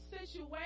situation